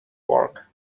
work